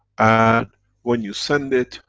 and when you send it,